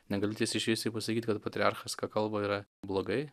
negali tiesiai šviesiai pasakyt kad patriarchas ką kalba yra blogai